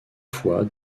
fois